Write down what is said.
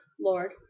Lord